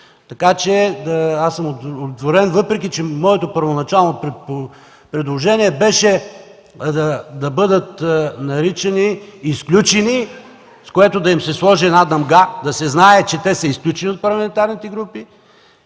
Така че аз съм удовлетворен, въпреки че моето първоначално предложение беше да бъдат наричани изключени, с което да им се сложи една дамга, да се знае, че са изключени от парламентарните групи